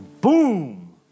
boom